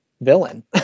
villain